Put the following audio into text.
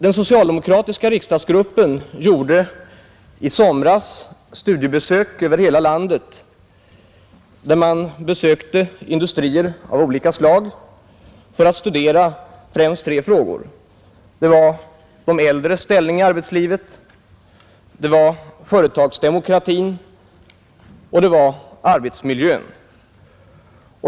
Den socialdemokratiska riksdagsgruppen gjorde i somras studiebesök över hela landet, där man besökte industrier av olika slag för att studera främst tre frågor. Det gällde de äldres ställning, det gällde företagsdemokratin och det gällde arbetsmiljön.